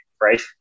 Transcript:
right